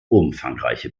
umfangreiche